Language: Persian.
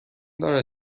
دارد